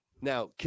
now